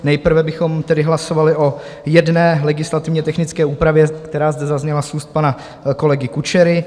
Nejprve bychom tedy hlasovali o jedné legislativně technické úpravě, která zde zazněla z úst pana kolegy Kučery.